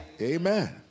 Amen